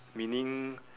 meaning